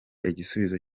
igisubizo